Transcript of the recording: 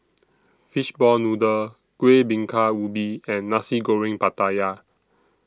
Fishball Noodle Kuih Bingka Ubi and Nasi Goreng Pattaya